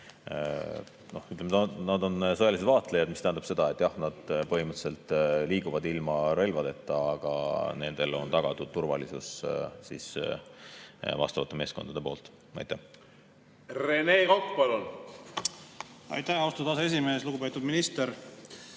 nad on sõjalised vaatlejad, mis tähendab seda, et jah, nad põhimõtteliselt liiguvad ilma relvadeta, aga nendele on tagatud turvalisus vastavate meeskondade poolt. Rene Kokk, palun! Aitäh, austatud aseesimees! Lugupeetud minister!